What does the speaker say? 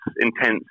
intense